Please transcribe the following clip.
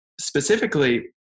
specifically